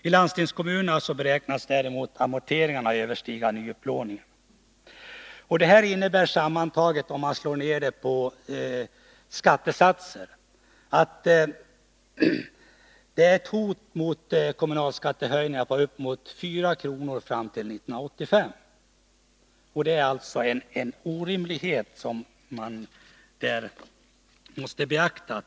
I landstingskommunerna beräknas däremot amorteringarna överstiga nyupplåningen. Detta innebär sammantaget, om man slår ner det på skattesatser, ett hot om kommunalskattehöjningar på uppemot 4 kr. fram till 1985. Det är en orimlighet som man måste beakta.